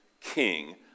king